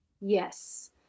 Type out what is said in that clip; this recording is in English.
Yes